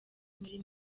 muri